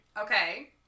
Okay